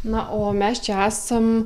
na o mes čia esam